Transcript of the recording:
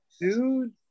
dude